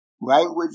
Language